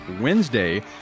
Wednesday